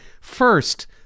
first